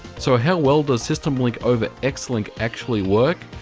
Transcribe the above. so, how well does system-link over xlink actually work?